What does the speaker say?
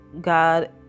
God